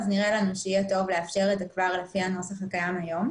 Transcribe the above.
נראה לנו שיהיה טוב לאפשר את זה כבר על פי הנוסח הקיים היום.